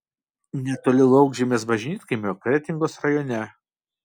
netoli laukžemės bažnytkaimio kretingos rajone